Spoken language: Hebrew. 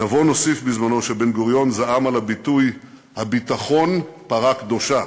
נבון הוסיף בזמנו שבן-גוריון זעם על הביטוי "הביטחון פרה קדושה".